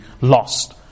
lost